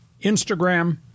Instagram